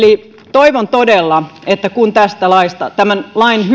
toivon todella että kun tästä laista tämän